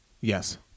Yes